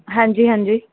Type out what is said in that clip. ਹਾਂਜੀ ਹਾਂਜੀ